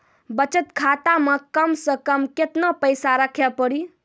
बचत खाता मे कम से कम केतना पैसा रखे पड़ी?